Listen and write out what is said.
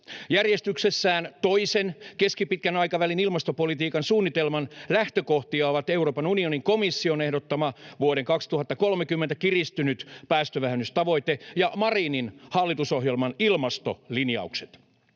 Järjestyksessään toisen keskipitkän aikavälin ilmastopolitiikan suunnitelman lähtökohtia ovat Euroopan unionin komission ehdottama vuoden 2030 kiristynyt päästövähennystavoite ja Marinin hallitusohjelman ilmastolinjaukset.